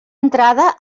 entrada